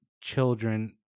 children